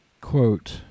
quote